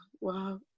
wow